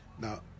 Now